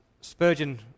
Spurgeon